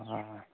অঁ